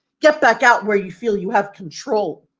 get back out where you feel you have control.